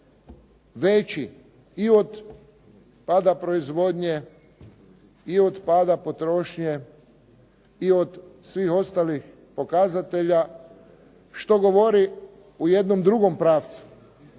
veći i od pada proizvodnje i od pada potrošnje i od svih ostalih pokazatelja što govori u jednom drugom pravcu.